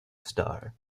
star